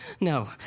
No